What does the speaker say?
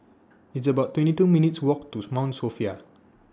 It's about twenty two minutes' Walk to Mount Sophia